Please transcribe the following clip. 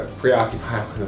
preoccupied